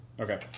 Okay